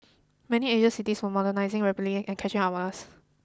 many Asian cities were modernising rapidly and catching up on us